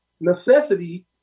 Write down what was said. Necessity